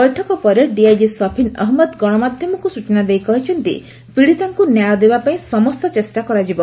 ବୈଠକ ପରେ ଡିଆଇଜି ସଫିନ୍ ଅହ ଗଣମାଧ୍ଧମକୁ ସୂଚନା ଦେଇ କହିଛନ୍ତି ପୀଡ଼ିତାଙ୍କୁ ନ୍ୟାୟ ଦେବାପାଇଁ ସମସ୍ତ ଚେଷା କରାଯିବ